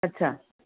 अच्छा